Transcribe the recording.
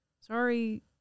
sorry